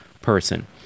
person